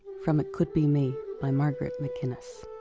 from it could be me by margaret macinnis.